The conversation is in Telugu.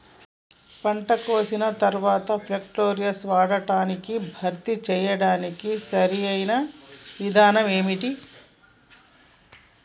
పంట కోసిన తర్వాత ప్రోక్లోరాక్స్ వాడకాన్ని భర్తీ చేయడానికి సరియైన విధానం ఏమిటి?